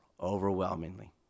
overwhelmingly